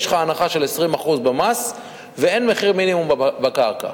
יש לך הנחה של 20% במס, ואין מחיר מינימום בקרקע.